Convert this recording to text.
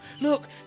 Look